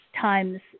times